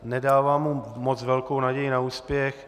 Nedávám mu moc velkou naději na úspěch.